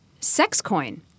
SexCoin